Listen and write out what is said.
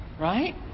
right